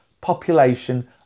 population